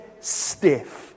stiff